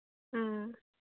ꯎꯝ